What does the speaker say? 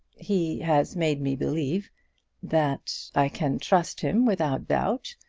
he has made me believe that i can trust him without doubt,